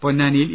പൊന്നാനി യിൽ ഇ